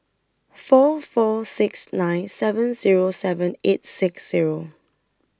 four four six nine seven Zero seven eight six Zero